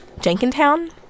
Jenkintown